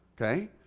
Okay